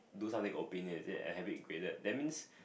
do something opinionated and having to be graded that means